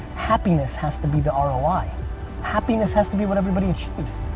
happiness has to be the um roi. happiness has to be what everybody achieves.